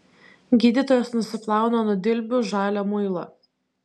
gydytojas nusiplauna nuo dilbių žalią muilą